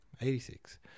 Eighty-six